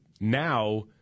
Now